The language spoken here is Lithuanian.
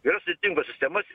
yra sudėtingos sistemas